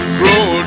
grow